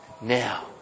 now